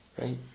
Right